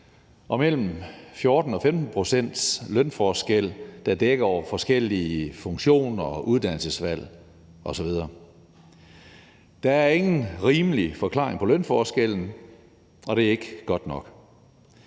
er mellem 14 og 15 pct.s lønforskel, der dækker over forskellige funktioner, uddannelsesvalg osv. Der er ingen rimelig forklaring på lønforskellen, og det er ikke godt nok.